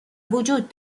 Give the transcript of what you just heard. وجود